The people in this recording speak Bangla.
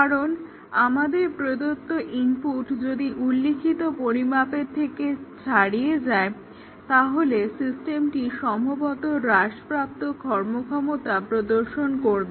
কারণ আমাদের প্রদত্ত ইনপুট যদি উল্লিখিত পরিমাপের থেকে ছাড়িয়ে যায় তাহলে সিস্টেমটি সম্ভবত হ্রাসপ্রাপ্ত কর্মদক্ষতা প্রদর্শন করবে